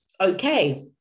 okay